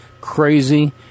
crazy